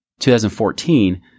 2014